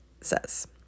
says